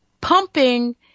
pumping